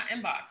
inbox